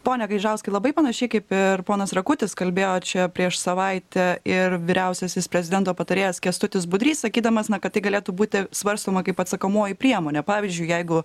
pone gaižauskai labai panašiai kaip ir ponas rakutis kalbėjo čia prieš savaitę ir vyriausiasis prezidento patarėjas kęstutis budrys sakydamas na kad tai galėtų būti svarstoma kaip atsakomoji priemonė pavyzdžiui jeigu